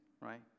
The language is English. right